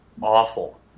awful